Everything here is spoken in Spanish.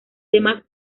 demás